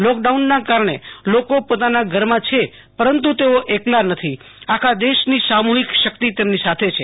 લોકડાઉનના કારણે લોકો પોતાના ઘરમાં છે પરંતુ તેઓ એકલા નથી આખા દેશ ની સામુહિક શકિત તેમની સાથે છે